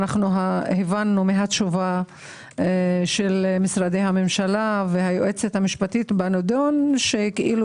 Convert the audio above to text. הבנו מהתשובה של משרדי הממשלה והיועצת הממשלתית בנדון שכאילו